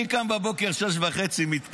אני קם בבוקר, 6:30, מתפלל.